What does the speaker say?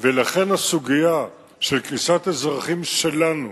ולכן הסוגיה של כניסת אזרחים שלנו